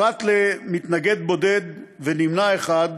פרט למתנגד בודד ונמנע אחד,